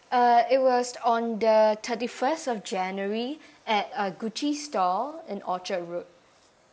uh it was on the thirty first of january at a Gucci store in orchard road